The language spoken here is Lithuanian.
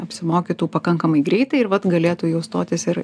apsimokytų pakankamai greitai ir vat galėtų jau stotis ir